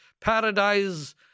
paradise